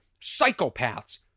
psychopaths